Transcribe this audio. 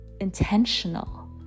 intentional